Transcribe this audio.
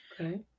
Okay